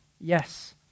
Yes